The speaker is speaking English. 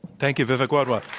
thank you, vivek wadhwa.